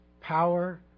power